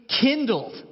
kindled